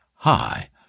Hi